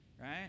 right